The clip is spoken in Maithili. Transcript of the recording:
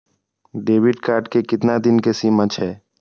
डेबिट कार्ड के केतना दिन के सीमा छै?